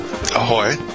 Ahoy